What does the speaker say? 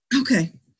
Okay